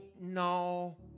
no